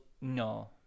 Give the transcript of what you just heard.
no